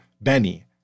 Benny